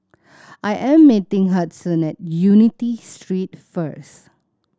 I am meeting Hudson at Unity Street first